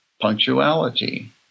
punctuality